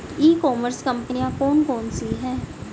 ई commerce कंपनियाँ कौन कौन सी हैं?